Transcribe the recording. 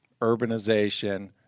Urbanization